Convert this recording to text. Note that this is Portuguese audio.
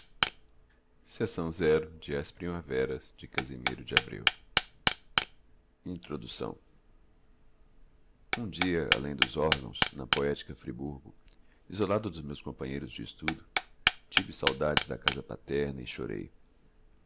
sombras e sonhos um dia além dos órgãos na poética friburgo isolado dos meus companheiros de estudo tive saudades da casa paterna e chorei